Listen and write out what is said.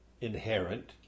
inherent